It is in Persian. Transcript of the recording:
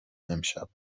امشب